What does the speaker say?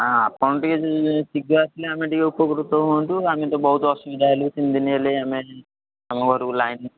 ଆଉ ଆପଣ ଟିକେ ଶୀଘ୍ର ଆସିଲେ ଆମେ ଟିକେ ଉପକୃତ ହୁଅନ୍ତୁ ଆମେ ତ ବହୁତ ଅସୁବିଧା ହେଲୁନି ତିନିଦିନ ହେଲାଇଁ ଆମେ ଆମ ଘରକୁ ଲାଇନ୍